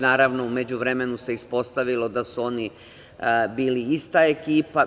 Naravno, u međuvremenu se ispostavilo da su oni bili ista ekipa.